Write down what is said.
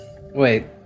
wait